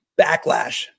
backlash